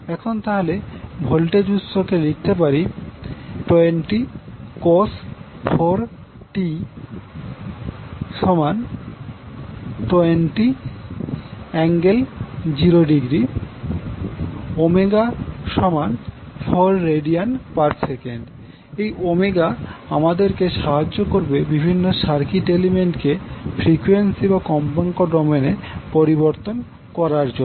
এখন তাহলে ভোল্টেজ উৎস কে লিখতে পারি 20 cos 4𝑡 ⇒ 20∠0° 𝜔 4 rads এই ω আমাদেরকে সাহায্য করবে বিভিন্ন সার্কিট এলিমেন্ট কে ফ্রিকোয়েন্সি বা কম্পাঙ্ক ডোমেইনে পরিবর্তন করার জন্য